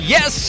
Yes